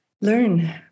learn